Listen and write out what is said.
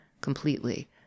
completely